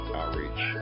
outreach